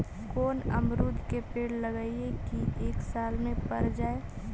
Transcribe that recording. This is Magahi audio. कोन अमरुद के पेड़ लगइयै कि एक साल में पर जाएं?